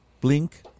Blink